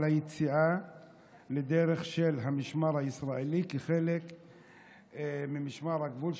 היציאה לדרך של המשמר הישראלי כחלק ממשמר הגבול,